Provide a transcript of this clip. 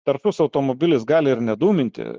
taršus automobilis gali ir nedūminti